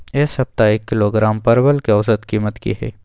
ऐ सप्ताह एक किलोग्राम परवल के औसत कीमत कि हय?